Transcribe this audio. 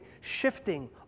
shifting